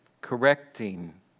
correcting